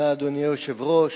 אדוני היושב-ראש,